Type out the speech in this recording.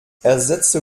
ersetze